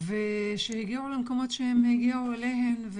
ושהגיעו למקומות שהן הגיעו אליהם.